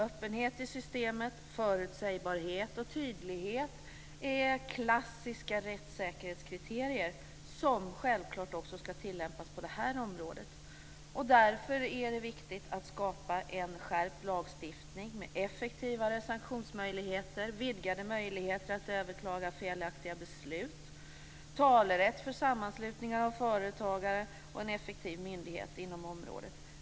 Öppenhet i systemet, förutsägbarhet och tydlighet är klassiska rättssäkerhetskriterier som självklart också ska tillämpas på det här området. Därför är det viktigt att skapa en skärpt lagstiftning med effektivare sanktionsmöjligheter, vidgade möjligheter att överklaga felaktiga beslut, talerätt för sammanslutningar av företagare och en effektiv myndighet inom området.